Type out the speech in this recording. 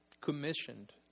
Commissioned